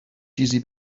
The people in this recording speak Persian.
چیزی